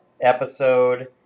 episode